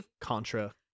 Contra